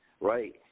Right